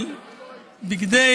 של בגדי